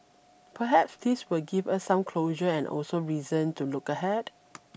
perhaps this will give us some closure and also reason to look ahead